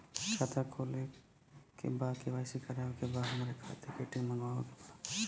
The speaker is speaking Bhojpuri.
खाता खोले के बा के.वाइ.सी करावे के बा हमरे खाता के ए.टी.एम मगावे के बा?